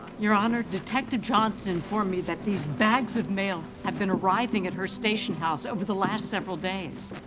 your honor, detective johnson informed me that these bags of mail have been arriving at her station house over the last several days.